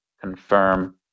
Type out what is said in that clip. confirm